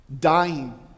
dying